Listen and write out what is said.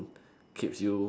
keeps you